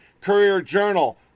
Courier-Journal